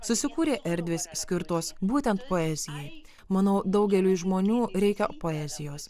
susikūrė erdvės skirtos būtent poezijai manau daugeliui žmonių reikia poezijos